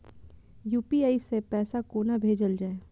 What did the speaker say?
UPI सै पैसा कोना भैजल जाय?